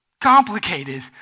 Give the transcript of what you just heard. complicated